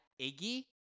Iggy